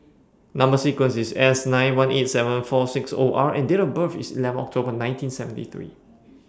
Number sequence IS S nine one eight seven four six O R and Date of birth IS eleven October nineteen seventy three